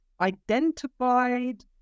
identified